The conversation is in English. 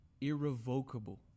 irrevocable